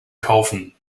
kaufen